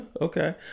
Okay